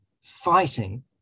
fighting